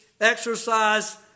exercise